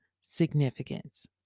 significance